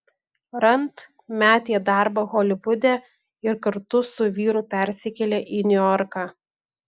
rand metė darbą holivude ir kartu su vyru persikėlė į niujorką